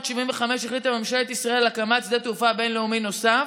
בשנת 1975 החליטה ממשלת ישראל על הקמת שדה תעופה בין-לאומי נוסף,